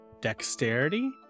Dexterity